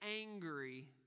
angry